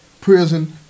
prison